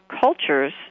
cultures